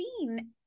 seen